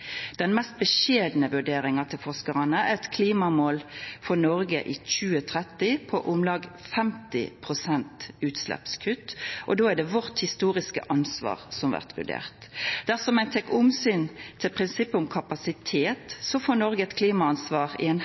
Den mest beskjedne vurderinga til forskarane er eit klimamål for Noreg i 2030 på om lag 50 pst. utsleppskutt, og då er det vårt historiske ansvar som blir vurdert. Dersom ein tek omsyn til prinsippet om kapasitet, får Noreg eit klimaansvar i ein